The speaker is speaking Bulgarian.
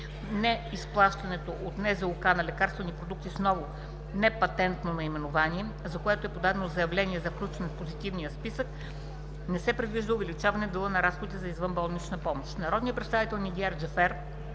незаплащане от НЗОК на лекарствени продукти с ново непатентно наименование, за което е подадено заявление за включване в Позитивния лекарствен списък; не се предвижда увеличаване дела на разходите за извънболнична помощ. Народният представител Нигяр Джафер